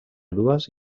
dues